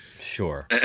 Sure